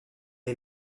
est